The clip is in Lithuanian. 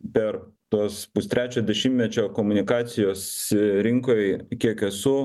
per tuos pustrečio dešimtmečio komunikacijos rinkoj kiek esu